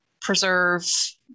preserve